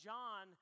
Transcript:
John